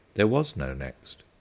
there was no next.